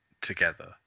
together